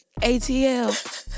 ATL